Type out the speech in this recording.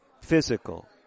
physical